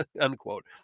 unquote